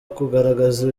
kugaragaza